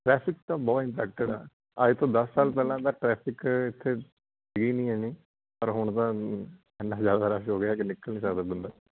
traffic ਤਾਂ ਬਹੁਤ impacted ਆ ਅੱਜ ਤੋਂ ਦਸ ਸਾਲ ਪਹਿਲਾਂ ਦਾ ਟਰੈਫਿਕ ਇੱਥੇ ਪਰ ਹੁਣ ਤਾਂ ਇੰਨਾ ਜ਼ਿਆਦਾ ਰੱਸ਼ ਹੋ ਗਿਆ ਕਿ ਨਿਕਲ ਨਹੀਂ ਸਕਦਾ ਬੰਦਾ